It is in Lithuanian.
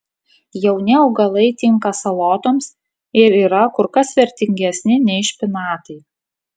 jauni augalai tinka salotoms ir yra kur kas vertingesni nei špinatai